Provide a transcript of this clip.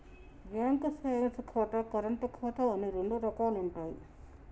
bank savings ఖాతా, current ఖాతా అని రెండు రకాలుంటయ్యి